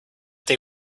they